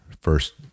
first